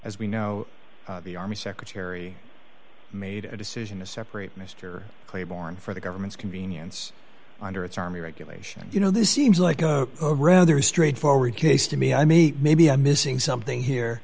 as we know the army secretary made a decision to separate mr claiborne for the government's convenience under its army regulation you know this seems like a rather straightforward case to me i me maybe i'm missing something here